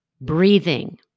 breathing